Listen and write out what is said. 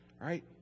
Right